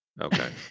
Okay